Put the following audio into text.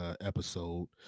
episode